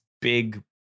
big